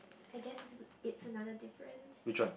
I guess is another difference